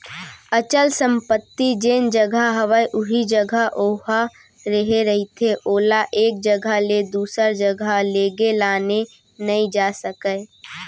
अचल संपत्ति जेन जघा हवय उही जघा ओहा रेहे रहिथे ओला एक जघा ले दूसर जघा लेगे लाने नइ जा सकय